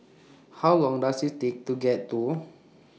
How Long Does IT Take to get to